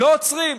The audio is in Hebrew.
לא עוצרים.